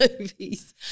movies